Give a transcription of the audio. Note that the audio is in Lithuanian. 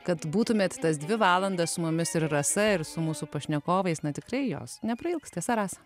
kad būtumėt tas dvi valandas su mumis ir rasa ir su mūsų pašnekovais na tikrai jos neprailgs tiesa rasa